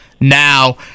Now